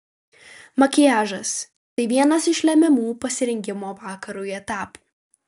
makiažas tai vienas iš lemiamų pasirengimo vakarui etapų